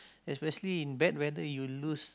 especially in bad weather you lose